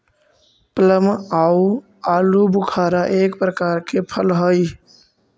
plum आउ आलूबुखारा एक प्रकार के फल हई